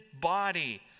body